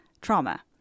trauma